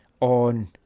on